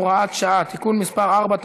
הוראת שעה) (תיקון מס' 4),